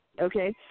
okay